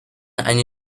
eine